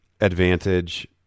advantage